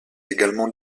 également